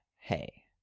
hey